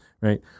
right